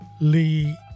Lee